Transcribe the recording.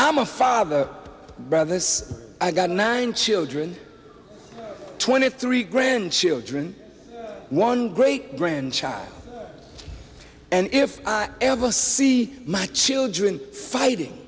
i'm a father up brother this i got nine children twenty three grandchildren one great grandchild and if i ever see my children fighting